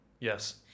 yes